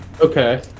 okay